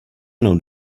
mnou